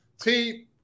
T-